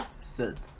third